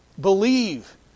Believe